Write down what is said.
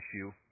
issue